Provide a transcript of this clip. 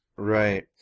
Right